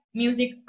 music